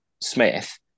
Smith